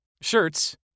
shirts